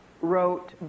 wrote